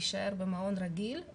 יישאר במעון רגיל,